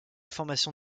formation